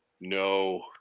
no